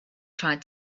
tried